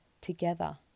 together